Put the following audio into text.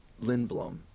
Lindblom